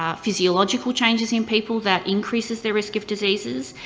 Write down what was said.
um physiological changes in people that increases their risk of diseases,